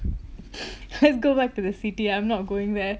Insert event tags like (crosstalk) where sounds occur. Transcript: (breath) let's go back to the city I'm not going there